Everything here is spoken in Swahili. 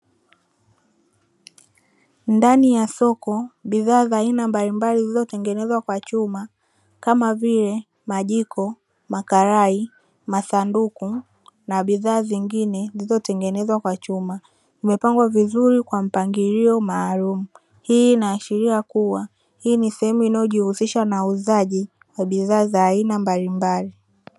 Ndani ya soko, bidhaa za aina mbalimbali ziliotengenezwa kwa chuma kama vile majiko, makarai, masanduku na bidhaa zingine zililotengenezwa kwa chuma, zimepangwa vizuri kwa mpangilio maalum. Hii inaashiria kuwa hii ni sehemu inayojihusisha na uzaji wa bidhaa za aina mbalimbali.